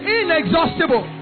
inexhaustible